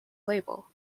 label